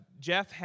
Jeff